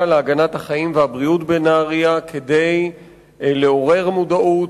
להגנת החיים והבריאות בנהרייה כדי לעורר מודעות,